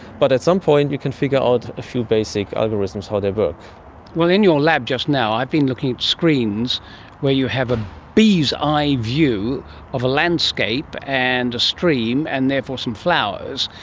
but at some point you can figure out a few basic algorithms, how they but work. in your lab just now i've been looking at screens where you have a bee's eye view of a landscape and a stream and therefore some flowers,